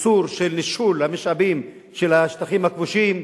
איסור של ניצול המשאבים של השטחים הכבושים,